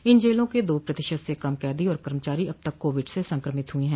इन जेलों के दो प्रतिशत से कम कैदी और कर्मचारी अब तक कोविड से संक्रमित हुए हैं